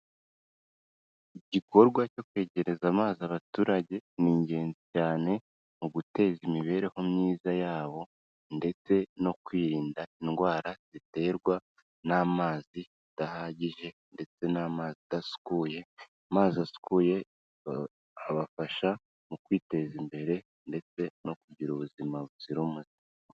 Igikorwa cyo kwegereza amazi abaturage ni ingenzi cyane mu guteza imibereho myiza yabo, ndetse no kwirinda indwara ziterwa n'amazi adahagije, ndetse n'amazi adasukuye. Amazi asukuye abafasha mu kwiteza imbere ndetse no kugira ubuzima buzira umuze.